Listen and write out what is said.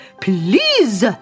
Please